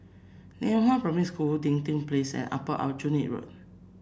Lianhua Primary School Dinding Place and Upper Aljunied Road